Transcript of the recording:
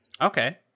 Okay